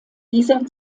dieser